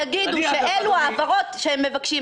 ויגידו שאלו הן ההעברות שהם מבקשים.